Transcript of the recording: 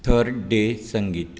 third day संगीत